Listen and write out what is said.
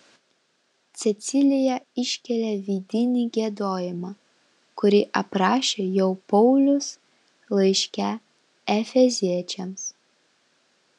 cecilija iškelia vidinį giedojimą kurį aprašė jau paulius laiške efeziečiams